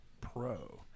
pro